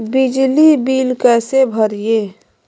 बिजली बिल कैसे भरिए?